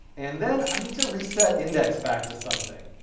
and then i need to reset index back to something.